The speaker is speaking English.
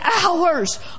hours